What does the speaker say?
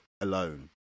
alone